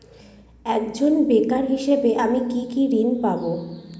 একজন বেকার হিসেবে আমি কি কি ঋণ পাব?